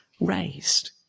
raised